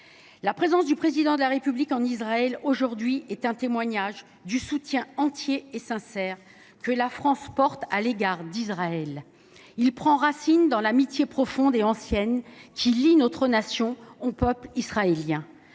La présence du Président de la République en Israël aujourd’hui est un témoignage du soutien entier et sincère que la France apporte à Israël. Ce soutien prend racine dans l’amitié profonde et ancienne qui lie notre Nation au peuple israélien.